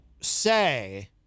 say